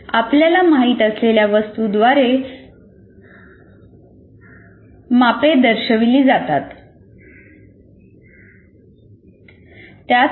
आपल्याला माहित असलेल्या वस्तू द्वारे मापे दर्शविली जातात